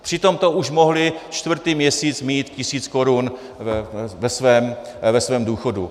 Přitom to už mohly čtvrtý měsíc mít tisíc korun ve svém důchodu.